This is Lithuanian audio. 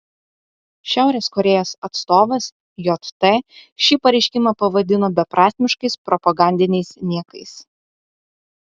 šiaurės korėjos atstovas jt šį pareiškimą pavadino beprasmiškais propagandiniais niekais